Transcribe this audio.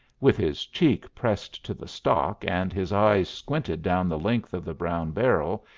with his cheek pressed to the stock and his eye squinted down the length of the brown barrel,